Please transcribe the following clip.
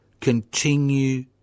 continue